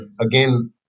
again